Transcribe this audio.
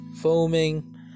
foaming